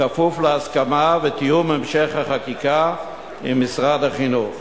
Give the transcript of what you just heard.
בכפוף להסכמה לתיאום המשך החקיקה עם משרד החינוך.